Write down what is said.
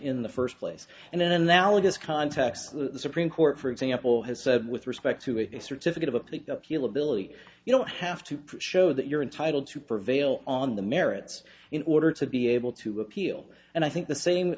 in the first place and then analogous context the supreme court for example has said with respect to a certificate of a pick up he'll ability you don't have to show that you're entitled to prevail on the merits in order to be able to appeal and i think the same